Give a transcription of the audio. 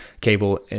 cable